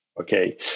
okay